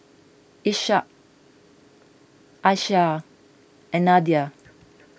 Ishak Aishah and Nadia